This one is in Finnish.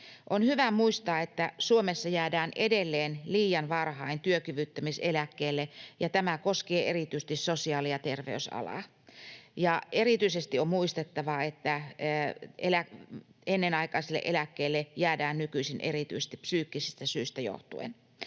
On hyvä muistaa, että Suomessa jäädään edelleen liian varhain työkyvyttömyyseläkkeelle, mikä koskee erityisesti sosiaali- ja terveysalaa. Erityisesti on muistettava, että ennenaikaiselle eläkkeelle jäädään nykyisin erityisesti psyykkisistä syistä johtuen.